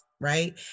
Right